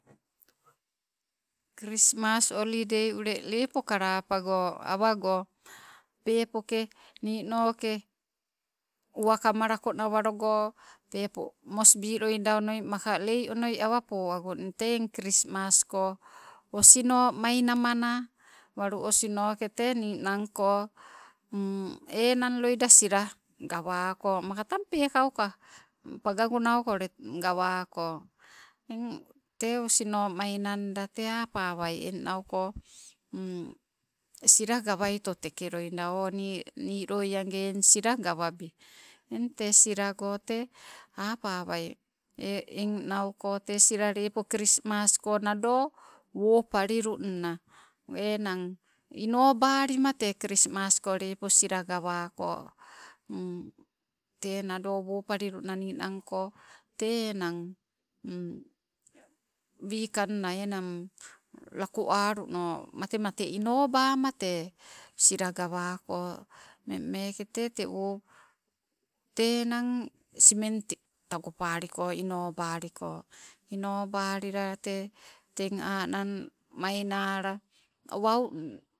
Krismas olidei lepo kalapago, awago peppoke ninoke uwakama nawaalogo, peppo mosbi loida onoi maka lae awaa po ago, nii tee eng krismasko osino mainamana, walu osinoke tee ninangko tee enang loida gamako sila loida, maka tang pekaauka, pagonnau kaa ule gawakoo eng, tee osino mainanda tee apawai engnau koo, sila, gawaito tekee loida, o woloi agee eng sila gawabi. Eng tee silago tee, appawai eng nauko tee sila lepo krismasko nadoo, woopalilunna, ennang inobalima. Tee krismasko lepo sila gawaako, tee nado woopalilunna ninnangko tee, enang wikanna enang, lakoo alluno mate mate inoballima tee sila gawakoo, mmeng meeke tee, tee enang simenti tagopaliko, inobalila tee, teng anang mainnala wau